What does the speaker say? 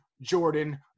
jordan